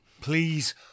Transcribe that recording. Please